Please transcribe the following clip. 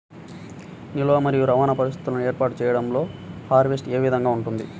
నిల్వ మరియు రవాణా పరిస్థితులను ఏర్పాటు చేయడంలో హార్వెస్ట్ ఏ విధముగా ఉంటుంది?